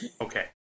Okay